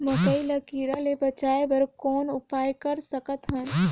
मकई ल कीड़ा ले बचाय बर कौन उपाय कर सकत हन?